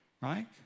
right